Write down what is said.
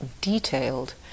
detailed